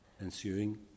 ensuing